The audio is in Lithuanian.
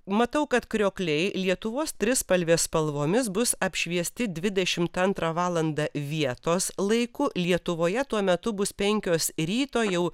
matau kad kriokliai lietuvos trispalvės spalvomis bus apšviesti dvidešimt antrą valandą vietos laiku lietuvoje tuo metu bus penkios ryto jau